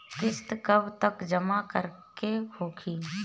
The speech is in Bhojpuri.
किस्त कब तक जमा करें के होखी?